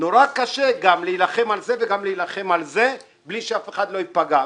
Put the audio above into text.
קשה להילחם על זה וגם להילחם על זה בלי שאף אחד לא ייפגע.